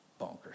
bonkers